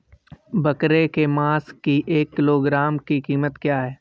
बकरे के मांस की एक किलोग्राम की कीमत क्या है?